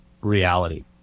reality